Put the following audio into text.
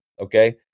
Okay